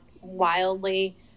wildly